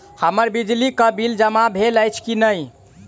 हम्मर बिजली कऽ बिल जमा भेल अछि की नहि?